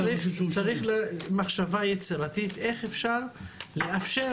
צריך מחשבה יצירתית איך אפשר לאפשר